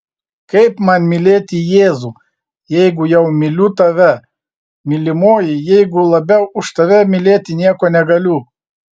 kaip man mylėti jėzų jeigu jau myliu tave mylimoji jeigu labiau už tave mylėti nieko negaliu